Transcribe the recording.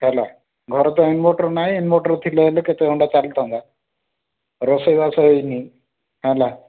ହେଲା ଘରେ ତ ଇନ୍ଭର୍ଟର୍ ନାହିଁ ଇନ୍ଭର୍ଟର୍ ଥିଲେ ହେଲେ କେତେ ଘଣ୍ଟା ଚାଲିଥାନ୍ତା ରୋଷେଇ ବାସ ହେଇନି ହେଲା